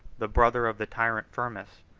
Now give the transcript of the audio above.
the brother of the tyrant firmus,